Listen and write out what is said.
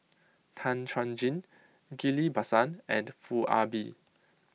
Tan Chuan Jin Ghillie Basan and Foo Ah Bee